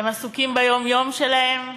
הם עסוקים ביום-יום שלהם.